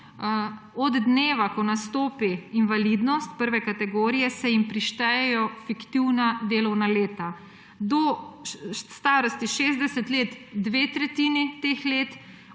od dneva, ko nastopi invalidnost prve kategorije, prištejejo fiktivna delovna leta; do starosti 60 let dve tretjini teh let,